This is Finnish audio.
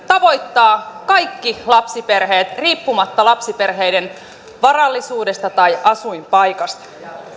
tavoittavat kaikki lapsiperheet riippumatta lapsiperheiden varallisuudesta tai asuinpaikasta